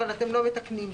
אבל אתם לא מתקנים.